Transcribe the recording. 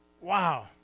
Wow